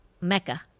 Mecca